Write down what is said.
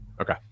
Okay